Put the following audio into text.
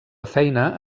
feina